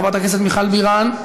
חברת הכנסת מיכל בירן,